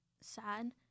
sad